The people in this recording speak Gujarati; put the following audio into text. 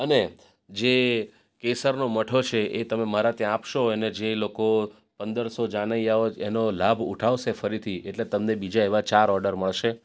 અને જે કેસરનો મઠો છે એ તમે મારે ત્યાં આપશો ને જે લોકો પંદરસો જાનૈયાઓ એનો લાભ ઉઠાવશે ફરીથી એટલે તમને બીજા એવા ચાર ઓર્ડર મળશે